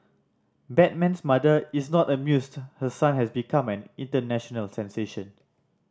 Batman's mother is not amused her son has become an international sensation